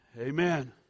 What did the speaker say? Amen